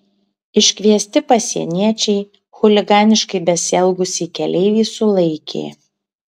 iškviesti pasieniečiai chuliganiškai besielgusį keleivį sulaikė